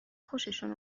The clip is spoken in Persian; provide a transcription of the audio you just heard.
خوششون